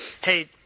hey